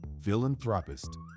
philanthropist